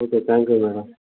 okay thank you madam